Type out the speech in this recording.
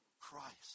Christ